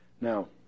Now